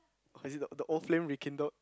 or is it the the old flame rekindled